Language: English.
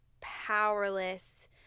powerless